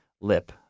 lip